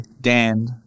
Dan